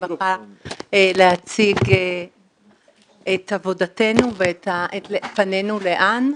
הרווחה להציג את עבודתנו ואת פנינו לאן.